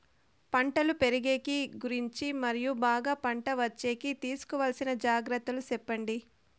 పంటలు పెరిగేకి గురించి మరియు బాగా పంట వచ్చేకి తీసుకోవాల్సిన జాగ్రత్త లు సెప్పండి?